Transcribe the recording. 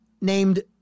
named